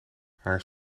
haar